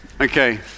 Okay